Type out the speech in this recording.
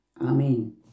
Amen